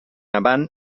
avant